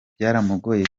byaramugoye